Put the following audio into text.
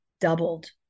doubled